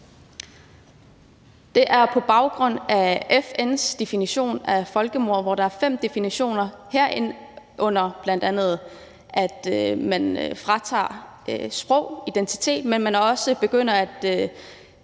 Det er på baggrund af FN's definition af folkemord, hvor der er fem definitioner, herunder bl.a. at man fratager en befolkning sprog, identitet, men også, at